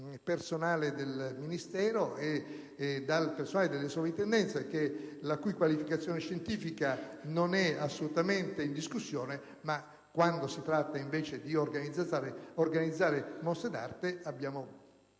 personale del Ministero e delle sovrintendenze, la cui qualificazione scientifica non è assolutamente in discussione. Quando però si tratta di organizzare mostre d'arte abbiamo